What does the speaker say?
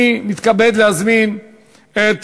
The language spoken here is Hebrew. אני מתכבד להזמין את